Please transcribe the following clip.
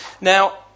Now